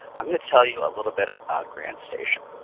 i'm going to tell you a little bit about grantstation.